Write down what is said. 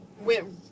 went